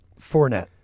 Fournette